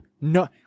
no